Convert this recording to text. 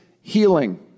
healing